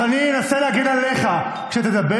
אז אני אנסה להגן עליך כשתדבר,